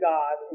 God